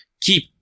keep